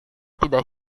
tidak